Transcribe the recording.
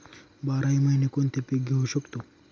बाराही महिने कोणते पीक घेवू शकतो?